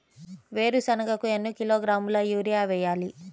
వేరుశనగకు ఎన్ని కిలోగ్రాముల యూరియా వేయాలి?